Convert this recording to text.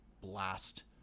blast